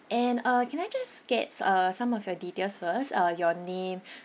and uh can I just get uh some of your details first uh your name